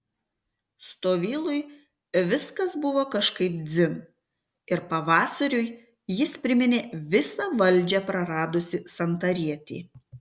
stovylui viskas buvo kažkaip dzin ir pavasariui jis priminė visą valdžią praradusį santarietį